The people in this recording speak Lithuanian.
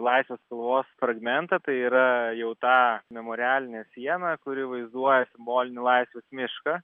laisvės salos fragmentą tai yra jau ta memorialinė siena kuri vaizduoja simbolinį laisvės mišką